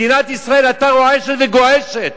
מדינת ישראל היתה רועשת וגועשת.